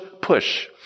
push